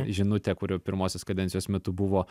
žinutė kuri pirmosios kadencijos metu buvo